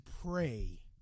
pray